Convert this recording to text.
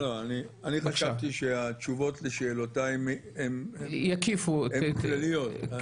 אני חשבתי שהתשובות לשאלותיי הן כלליות.